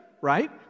right